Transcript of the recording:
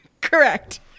Correct